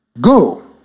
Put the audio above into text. Go